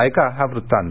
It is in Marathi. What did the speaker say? ऐका हा वृत्तांत